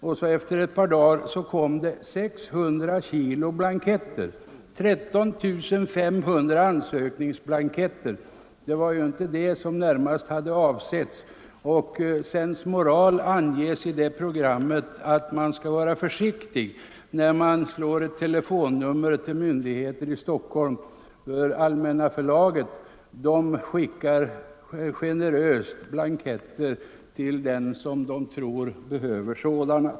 Och så efter ett par dagar kom det 600 kilo blanketter. 13 500 ansökningsblanketter. Det var ju inte precis vad han hade väntat på. Sens moral sades i programmet vara att man skall vara försiktig när man slår ett telefonnummer till en myndighet i Stock holm, för Allmänna förlaget skickar generöst blanketter till dem som förlaget tror behöver sådana.